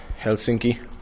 Helsinki